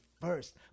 first